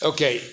Okay